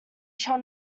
shall